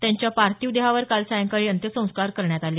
त्यांच्या पार्थिव देहावर काल सायंकाळी अंत्यसंस्कार करण्यात आले